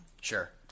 Sure